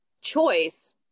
choice